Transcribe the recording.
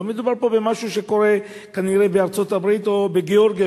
לא מדובר פה במשהו שלצערי קורה כנראה בארצות-הברית ובגאורגיה,